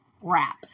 wrap